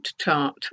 tart